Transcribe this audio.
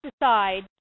decide